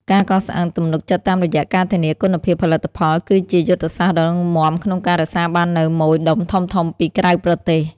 ការកសាងទំនុកចិត្តតាមរយៈការធានាគុណភាពផលិតផល គឺជាយុទ្ធសាស្ត្រដ៏រឹងមាំក្នុងការរក្សាបាននូវម៉ូយដុំធំៗពីក្រៅប្រទេស។